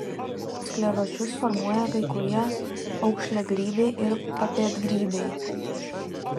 skleročius formuoja kai kurie aukšliagrybiai ir papėdgrybiai